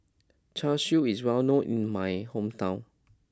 Char Siu is well known in my hometown